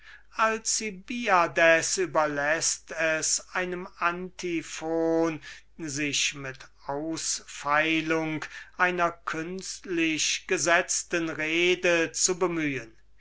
alcibiades überläßt es einem antiphon sich mit ausfeilung einer künstlichgesetzten rede zu bemühen